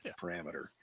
parameter